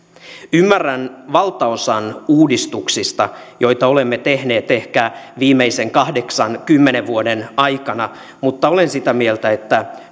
ymmärrän valtaosan uudistuksista joita olemme tehneet ehkä viimeisen kahdeksan viiva kymmenen vuoden aikana mutta olen sitä mieltä että